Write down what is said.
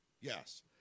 Yes